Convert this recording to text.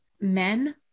men